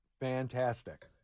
Fantastic